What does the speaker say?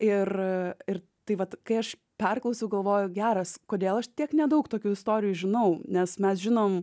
ir ir tai vat kai aš perklausiau galvoju geras kodėl aš tiek nedaug tokių istorijų žinau nes mes žinom